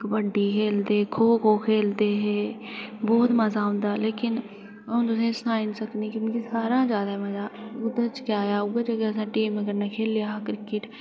कबड्डी खेढदे खो खो खेढदे हे बहुत मज़ा औंदा लेकिन अं'ऊ तुसें गी सनाई निं सकनी की सारें कशा जादै मज़ा ओह्दे च गै आया उ'ऐ जेह्दे च असें टीम कन्नै खेढेआ हा क्रिकेट